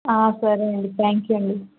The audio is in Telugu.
సరే అండి థ్యాంక్యు అండి